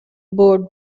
برد